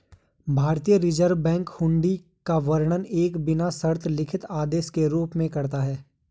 भारतीय reserve bank हुंडी का वर्णन एक बिना शर्त लिखित आदेश के रूप में करता है